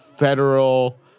federal